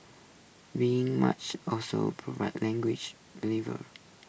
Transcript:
being much also prevents language believer